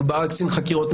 דובר על קצין חקירות,